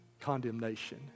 condemnation